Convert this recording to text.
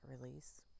release